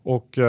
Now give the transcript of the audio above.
Och